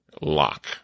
lock